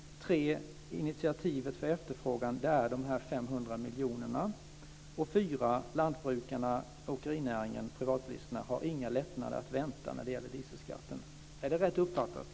3. Ministerns initiativ för att skapa efterfrågan är de 500 miljonerna. 4. Lantbrukarna, åkerinäringen och privatbilisterna har inga lättnader att vänta när det gäller dieselskatten. Är det rätt uppfattat?